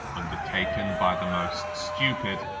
undertaken by the most stupid,